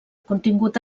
contingut